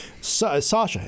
Sasha